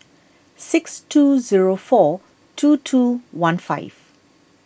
six two zero four two two one five